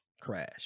crash